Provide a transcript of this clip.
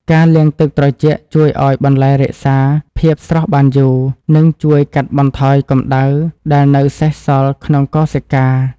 ការលាងទឹកត្រជាក់ជួយឱ្យបន្លែរក្សាភាពស្រស់បានយូរ និងជួយកាត់បន្ថយកម្ដៅដែលនៅសេសសល់ក្នុងកោសិកា។